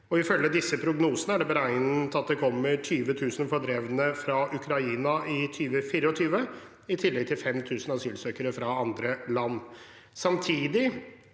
Ifølge disse prognosene er det beregnet at det kommer 20 000 fordrevne fra Ukraina i 2024, i tillegg til 5 000 asylsøkere fra andre land.